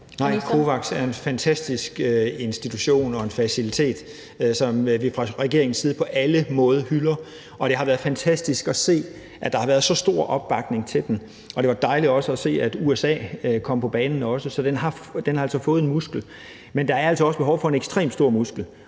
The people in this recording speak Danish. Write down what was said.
Nej. COVAX er en fantastisk institution og en facilitet, som vi fra regeringens side på alle måder hylder, og det har været fantastisk at se, at der har været så stor opbakning til den. Det var dejligt også at se, at USA kom på banen, så den har altså fået en muskel. Men der er altså også behov for en ekstremt stor muskel,